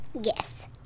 Yes